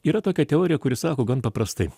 yra tokia teorija kuri sako gan paprastai